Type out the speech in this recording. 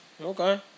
okay